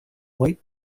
white